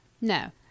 No